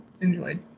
enjoyed